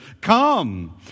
come